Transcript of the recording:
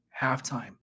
halftime